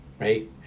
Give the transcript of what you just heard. Right